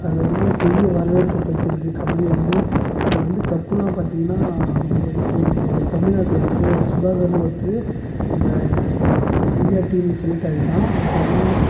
அது வந்து பெரிய வரவேற்பு பெற்றுருக்கு கபடி வந்து அங்க வந்து கப்புலாம் பார்த்தீங்கன்னா ரொம்ப இப்போது நம்மளோட தமிழ்நாட்டோடய ப்ளேயர் சுதாகர்னு ஒருத்தர் நம்ப இந்தியா டீமில் செலக்ட் ஆயிக்கிறான் அவன் பார்த்தீங்கனா